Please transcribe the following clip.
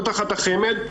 לא תחת החמ"ד,